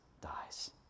dies